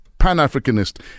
Pan-Africanist